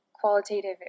qualitative